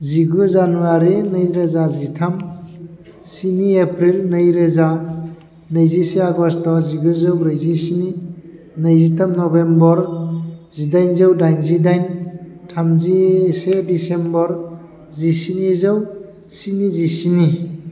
जिगु जानुवारि नैरोजा जिथाम स्नि एप्रिल नैरोजा नैजिसे आगस्ट जिगुजौ ब्रैजिस्नि नैजिथाम नभेम्बर जिदाइनजौ दाइनजि दाइन थामजिसे डिसेम्बर जिस्निजौ स्निजिस्नि